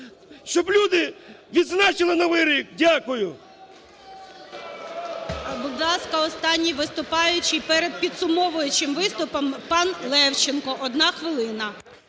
щоб люди відзначили Новий рік. Дякую. ГОЛОВУЮЧИЙ. Будь ласка, останній виступаючий перед підсумовуючим виступом панЛевченко, одна хвилина.